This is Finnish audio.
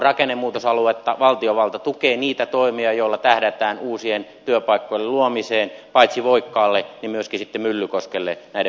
valtiovalta tukee niitä toimia joilla tähdätään uusien työpaikkojen luomiseen paitsi voikkaalle niin myöskin sitten myllykoskelle näiden